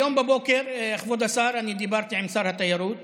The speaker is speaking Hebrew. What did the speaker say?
היום בבוקר, כבוד השר, אני דיברתי עם שר התיירות